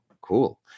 cool